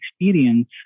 experience